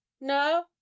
no